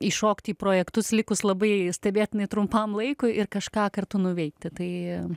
įšokt į projektus likus labai stebėtinai trumpam laikui ir kažką kartu nuveikti tai